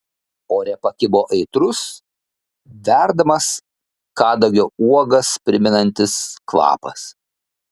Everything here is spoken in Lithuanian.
ore pakibo aitrus verdamas kadagio uogas primenantis kvapas